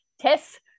tess